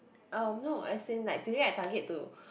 um no as in like today I target to